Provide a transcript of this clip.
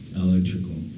electrical